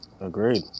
Agreed